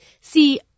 see